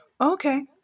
okay